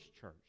church